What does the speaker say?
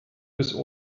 bis